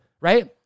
right